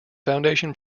foundation